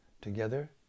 together